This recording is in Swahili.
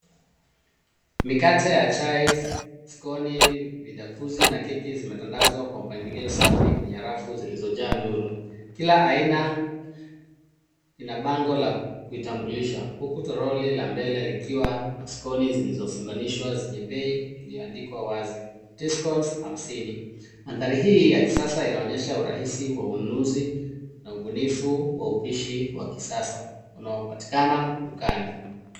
Mikate ya chai, skoni, vidakuzi na keki zimetandazwa kwa mpangilio safi kwenye rafu zilizojaa nuru. Kila aina ina bango la kuitambulisha huku toroli la mbele likiwa na skoni zilizofunganishwa na bei ikiwa wazi Tea Scones 50. Mandhari hii ya kisasa inaonyesha urahisi wa ununuzi na ubunifu wa upishi wa kisasa unaopatika dukani.